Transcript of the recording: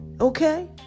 okay